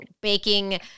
baking